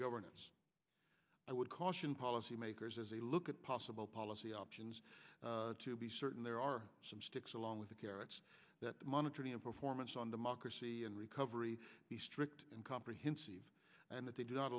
governance i would caution policymakers as a look at possible policy options to be certain there are some sticks along with the carrots that monitoring and performance on democracy and recovery be strict and comprehensive and that they do not